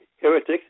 Heretics